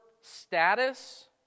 status